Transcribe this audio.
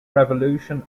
revolution